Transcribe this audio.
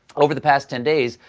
over the past ten days,